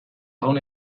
jaun